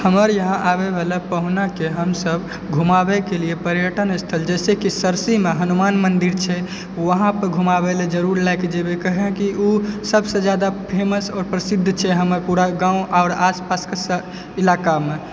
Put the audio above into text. हमरा इहा आबय वाला पहुनाके हमसब घुमाबयके लिए पर्यटन स्थल जैसे कि सरसीमे हनुमान मन्दिर छै वहाँ पे घुमाबय लए जरुर लए के जेबै काहेकि ओ सबसे ज्यादा फेमस और प्रसिद्ध छै हमर पुरा गाँव आओर आसपासके सब इलाकामे